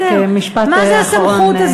משפט אחרון.